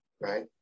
Right